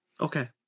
Okay